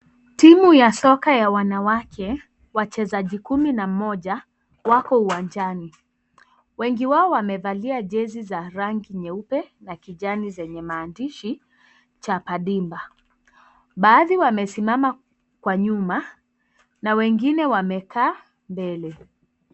Timu ya soka ya wanawake , wachezaji kumi na moja wako uwanjani. Wengi wao wamevalia jezi za rangi nyeupe na kjiani zenye maandishi chapa dimba. Baadhi wamesimama kwa nyuma na wengine wamekaa mbele.